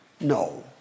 No